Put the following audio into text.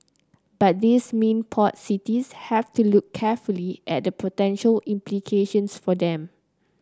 but these mean port cities have to look carefully at the potential implications for them